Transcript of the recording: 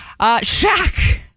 Shaq